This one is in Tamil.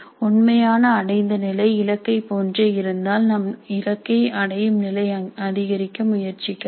உண்மையான அடைந்த நிலை இலக்கை போன்றே இருந்தால் நாம் இலக்கை அடையும் நிலை அதிகரிக்க முயற்சிக்கலாம்